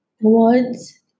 words